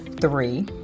three